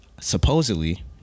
supposedly